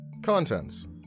Contents